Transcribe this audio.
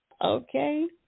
Okay